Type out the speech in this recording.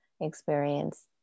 experience